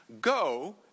Go